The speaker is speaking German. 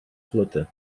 flotte